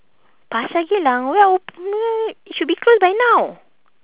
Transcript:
pasar geylang where op~ no no wait should be closed by now